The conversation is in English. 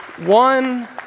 One